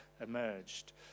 emerged